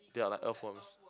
they are like earthworms